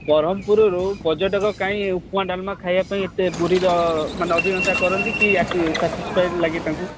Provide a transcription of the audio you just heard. ବ୍ରହ୍ମପୁରରୁ ପର୍ଯ୍ୟଟକ କାହିଁ ଉପମା ଡାଲମା ଖାଇବା ପାଇଁ ଏତେ ପୁରୀର ମାନେ ଅଭିଜ୍ଞତା କରନ୍ତି କି ସାଟିସଫାଏଡ଼ ଲାଗେ ତାଙ୍କୁ